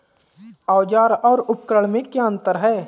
औज़ार और उपकरण में क्या अंतर है?